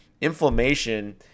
Inflammation